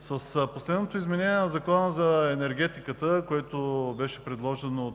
С последното изменение на Закона за енергетиката, което беше предложено